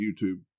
YouTube